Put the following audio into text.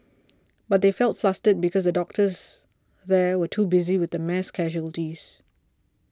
but they felt flustered because the doctors there were too busy with the mass casualties